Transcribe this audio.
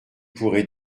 pourrais